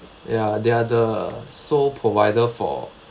ya they are the sole provider for